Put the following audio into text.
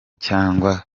cyangwa